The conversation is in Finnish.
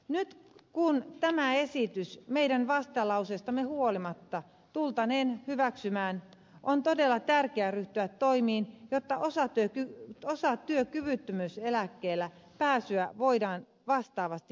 nyt kun tämä esitys meidän vastalauseestamme huolimatta tultaneen hyväksymään on todella tärkeää ryhtyä toimiin jotta osatyökyvyttömyyseläkkeelle pääsyä voidaan vastaavasti helpottaa